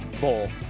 Bowl